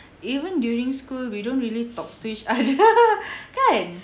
even during school we don't really talk to each other kan